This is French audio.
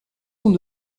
sont